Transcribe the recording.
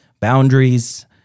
Boundaries